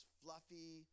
fluffy